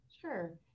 Sure